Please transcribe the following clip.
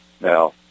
Now